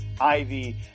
Ivy